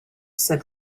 said